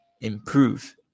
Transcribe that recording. Improve